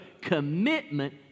Commitment